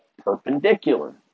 perpendicular